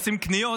עושים קניות,